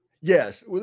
Yes